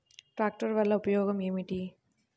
ట్రాక్టర్ల వల్ల ఉపయోగం ఏమిటీ?